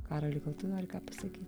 karoli gal tu nori ką pasakyt